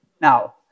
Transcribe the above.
Now